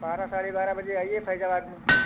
बारह साढ़े बारह बजे आइए फैजाबाद मे